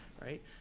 right